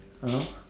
!huh!